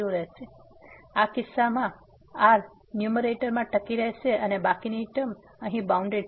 તેથી આ કિસ્સામાં 1r ન્યુમેરેટરમાં ટકી રહેશે અને બાકીની ટર્મ અહીં બાઉન્ડેડ છે